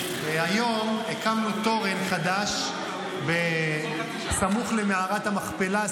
היום הקמנו תורן חדש סמוך למערת המכפלה,